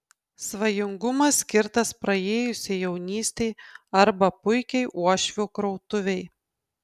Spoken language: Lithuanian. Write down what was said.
svajingumas skirtas praėjusiai jaunystei arba puikiai uošvio krautuvei